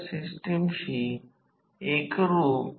हे भाग कृपया हे सर्व करा असे संबंध दिले गेले आहेत की K K 1